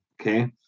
okay